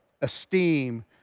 esteem